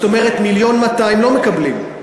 זאת אומרת, 1.2 מיליון לא מקבלים.